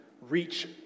reach